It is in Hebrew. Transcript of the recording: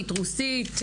רוסית,